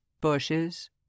bushes